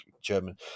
German